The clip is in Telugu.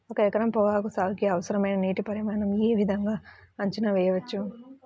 ఒక ఎకరం పొగాకు సాగుకి అవసరమైన నీటి పరిమాణం యే విధంగా అంచనా వేయవచ్చు?